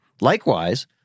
Likewise